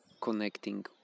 connecting